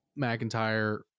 McIntyre